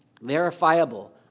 verifiable